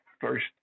first